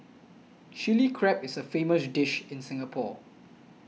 Chilli Crab is a famous dish in Singapore